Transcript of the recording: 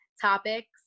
topics